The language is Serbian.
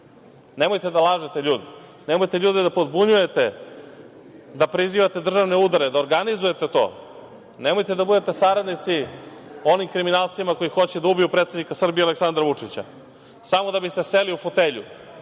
da lažete ljude. Nemojte ljude da podbunjujete, da prizivate državne udare, da organizujete to. Nemojte da budete saradnici onim kriminalcima koji hoće da ubiju predsednika Srbije, Aleksandra Vučića, samo da bi ste seli u fotelju,